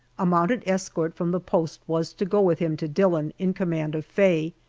a mounted escort from the post was to go with him to dillon in command of faye.